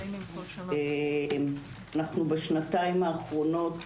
אנחנו בשנתיים האחרונות,